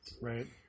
right